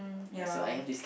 ya